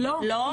לא, לא.